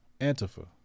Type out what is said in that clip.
Antifa